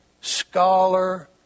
scholar